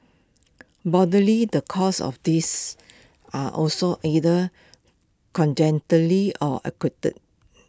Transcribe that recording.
broadly the causes of this are also either or acquired